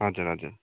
हजुर हजुर